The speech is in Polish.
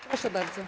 Proszę bardzo.